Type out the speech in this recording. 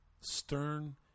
stern